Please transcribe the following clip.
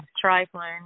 trifling